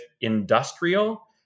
industrial